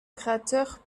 créateur